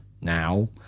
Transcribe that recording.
now